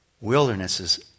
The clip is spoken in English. Wildernesses